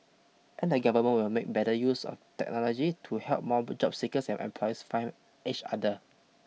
and the government will make better use of technology to help more job seekers and employers find each other